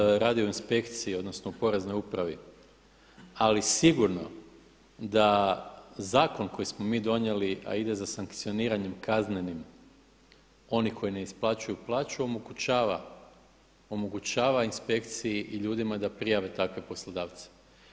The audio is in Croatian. Ja nisam radio u inspekciji odnosno u Poreznoj upravi, ali sigurno da zakon koji smo mi donijeli, a ide za sankcioniranjem kaznenim onih koji ne isplaćuju plaću omogućava inspekciji i ljudima da prijave takve poslodavce.